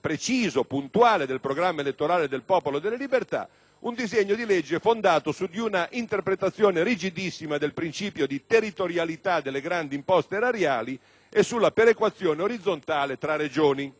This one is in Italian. preciso, puntuale del programma elettorale del Popolo della Libertà, un disegno di legge fondato su una interpretazione rigidissima del principio di territorialità delle grandi imposte erariali e sulla perequazione orizzontale tra Regioni.